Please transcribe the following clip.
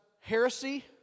heresy